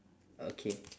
okay